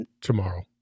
Tomorrow